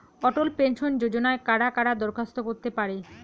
অটল pension যোজনায় কারা কারা দরখাস্ত করতে পারে?